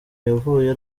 yavuye